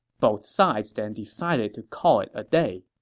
both sides then decided to call it a day